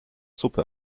suppe